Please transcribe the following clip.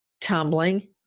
tumbling